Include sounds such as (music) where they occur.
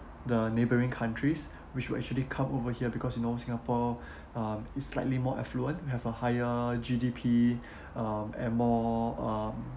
the neighbouring countries (breath) which will actually come over here because you know singapore (breath) uh is slightly more affluent we have a higher G_D_P (breath) um and more um